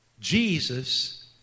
Jesus